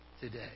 today